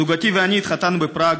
זוגתי ואני התחתנו בפראג.